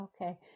Okay